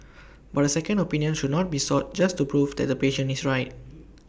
but A second opinion should not be sought just to prove that the patient is right